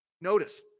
Notice